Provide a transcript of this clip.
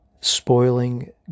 spoiling